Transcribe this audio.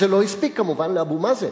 זה לא הספיק, כמובן, לאבו מאזן,